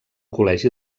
col·legi